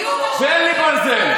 ואין לי ברזל.